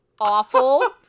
awful